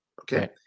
Okay